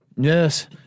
Yes